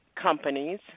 companies –